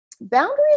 boundaries